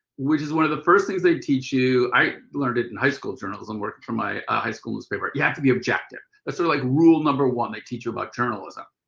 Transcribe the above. which is one of the first things they teach you. i learned it in high school journalism working from my ah high school newspaper. you have to be objective, that's sort of like rule number one, they teach you about journalism.